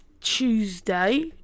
Tuesday